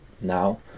now